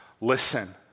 Listen